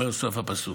אומר סוף הפסוק.